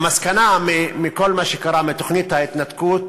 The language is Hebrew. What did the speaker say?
המסקנה מכל מה שקרה, מתוכנית ההתנתקות,